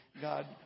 God